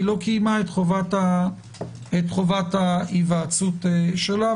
היא לא קיימה את חובת ההיוועצות שלה.